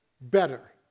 better